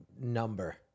number